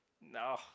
No